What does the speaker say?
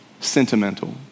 sentimental